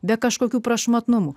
be kažkokių prašmatnumų